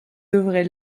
devrai